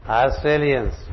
Australians